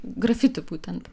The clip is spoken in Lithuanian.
grafiti būtent